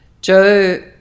Joe